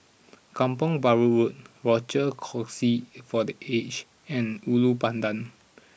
Kampong Bahru Road Rochor Kongsi for the Aged and Ulu Pandan